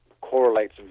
correlates